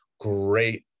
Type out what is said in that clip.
great